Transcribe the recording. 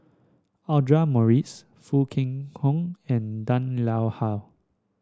Audra Morrice Foo Kwee Horng and Han Lao Ha